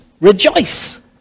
rejoice